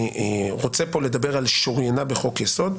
רוצה כאן לדבר על שוריינה בחוק יסוד,